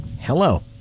Hello